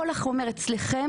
כל החומר קיים אצלכם.